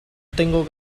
tengo